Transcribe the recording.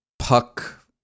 puck